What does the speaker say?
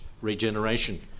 regeneration